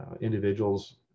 Individuals